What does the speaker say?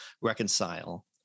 reconcile